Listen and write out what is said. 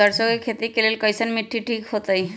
सरसों के खेती के लेल कईसन मिट्टी ठीक हो ताई?